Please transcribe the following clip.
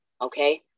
Okay